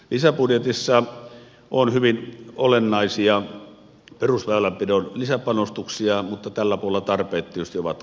lisäbudjetissa on hyvin olennaisia perusväylänpidon lisäpanostuksia mutta tällä puolella tarpeet tietysti ovat kovat